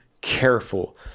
careful